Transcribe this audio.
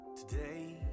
Today